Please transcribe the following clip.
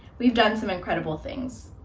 we've done some incredible things.